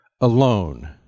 alone